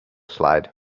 slide